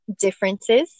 differences